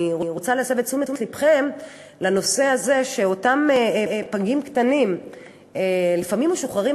אני רוצה להסב את תשומת לבכם לכך שאותם פגים קטנים לפעמים משוחררים